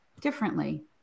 differently